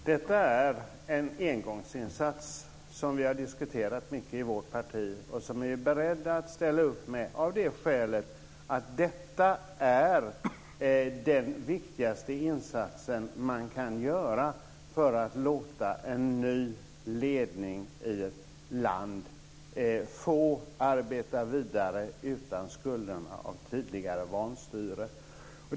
Herr talman! Detta är en engångsinsats som vi i vårt parti har diskuterat mycket och som vi är beredda att ställa upp med av det skälet att detta är den viktigaste insats som man kan göra för att låta en ny ledning i ett land få arbeta vidare utan skulder från tidigare vanstyre.